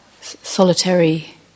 solitary